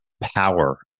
power